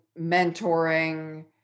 mentoring